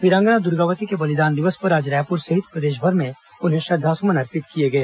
वीरांगना दुर्गावती के बलिदान दिवस पर आज रायपुर सहित प्रदेशभर में उन्हें श्रद्वांसुमन अर्पित किए गए